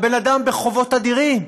הבן-אדם בחובות אדירים.